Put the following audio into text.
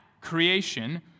creation